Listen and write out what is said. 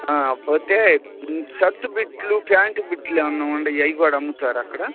పోతే షర్ట్ బిట్లు ప్యాంట్ బిట్లు ఏమైనా ఉన్నాయా అవి కూడా అమ్ముతారా అక్కడ